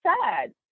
sad